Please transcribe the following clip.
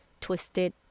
twisted